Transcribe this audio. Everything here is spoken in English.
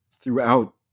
throughout